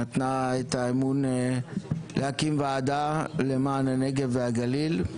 שנתנה את האמון להקים ועדה למען הנגב והגליל.